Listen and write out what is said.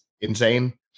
insane